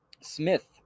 Smith